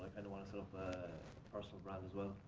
and want to set up a personal brand as well.